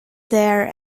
there